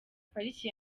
pariki